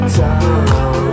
time